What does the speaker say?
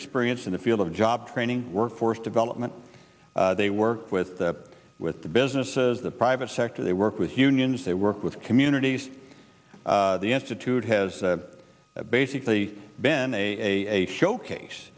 experience in the field of job training workforce development they work with that with the businesses the private sector they work with unions they work with communities the institute has basically been a showcase